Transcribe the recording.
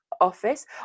office